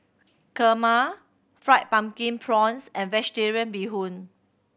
kurma Fried Pumpkin Prawns and Vegetarian Bee Hoon